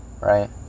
Right